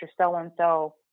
So-and-so